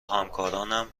همکارانم